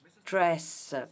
stress